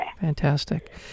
Fantastic